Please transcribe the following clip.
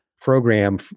program